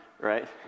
right